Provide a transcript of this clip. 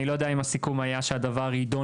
אני לא יודע אם הסיכום היה שהדבר ידון